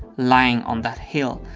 lying on that hill.